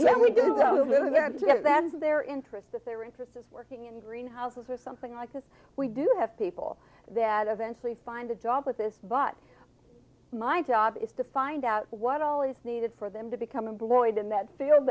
to their interest that their interest is working in green houses or something like this we do have people that eventually find a job with this but my job is to find out what all is needed for them to become employed in that field